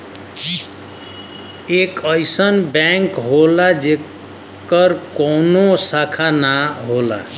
एक अइसन बैंक होला जेकर कउनो शाखा ना होला